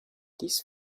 this